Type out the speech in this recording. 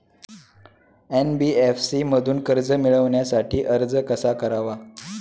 NBFC मधून कर्ज मिळवण्यासाठी अर्ज कसा करावा?